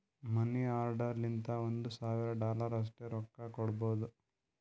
ಮನಿ order ಲಿಂತ ಒಂದ್ ಸಾವಿರ ಡಾಲರ್ ಅಷ್ಟೇ ರೊಕ್ಕಾ ಕೊಡ್ಬೋದ